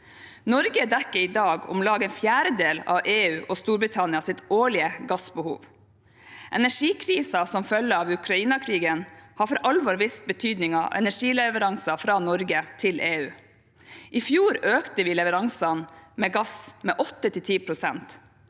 Norge dekker i dag om lag en fjerdedel av EU og Storbritannias årlige gassbehov. Energikrisen som følge av Ukraina-krigen har for alvor vist betydningen av energileveranser fra Norge til EU. I fjor økte vi leveransene med gass med 8– 10 pst.